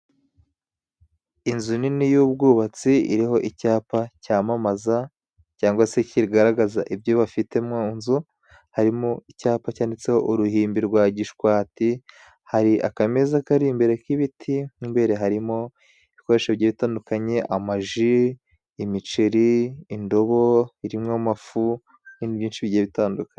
Inzu nini y'ubwubatsi iriho icyapa cyamamaza cyangwa se kigaragaza ibyo bafite mu nzu, harimo icyapa cyanditseho uruhimbi rwa Gishwati, hari akameza kari imbere k'ibiti, mo imbere harimo ibikoresho bigiye bitandukanye: amaji, imiceri, indobo irimwo amafu n'ibindi byinshi bigiye bitandukanye.